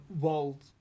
world